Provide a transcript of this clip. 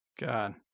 God